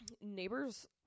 neighbors